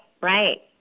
right